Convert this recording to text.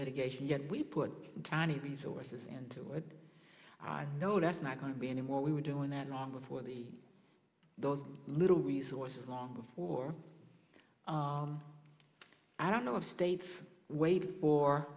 mitigation yet we put tiny resources and what i know that's not going to be any more we were doing that long before the those little resources long before i don't know if states waited for